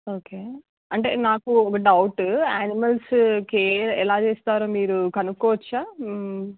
okay అంటే నాకు ఒక డౌట్ ఆనిమల్స్ కేర్ ఎలా చేస్తారో మీరు కనుక్కోవచ్చా